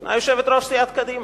ישנה יושבת-ראש סיעת קדימה.